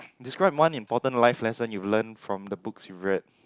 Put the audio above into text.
describe one important life lesson you've learn from the books you've read